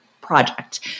project